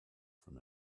from